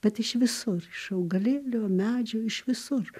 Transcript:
bet iš visur iš augalėlio medžio iš visur